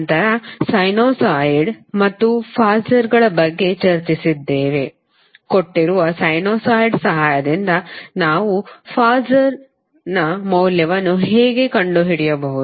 ನಂತರ ಸೈನುಸಾಯಿಡ್ ಮತ್ತು ಫಾಸರ್ ಬಗ್ಗೆ ಚರ್ಚಿಸಿದ್ದೇವೆ ಕೊಟ್ಟಿರುವ ಸೈನುಸಾಯ್ಡ್ ಸಹಾಯದಿಂದ ನಾವು ಫಾಸರ್ನ ಮೌಲ್ಯವನ್ನು ಹೇಗೆ ಕಂಡುಹಿಡಿಯಬಹುದು